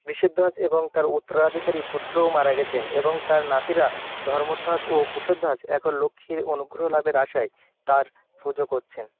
বৃষধ্বজ এবং তাঁর উত্তরাধিকারী পুত্রও মারা গেছেন এবং তাঁর নাতিরা ধর্মধ্বজ ও কুশধ্বজ এখন লক্ষ্মীর অনুগ্রহ লাভের আশায় তাঁর পুজো করছেন